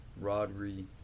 Rodri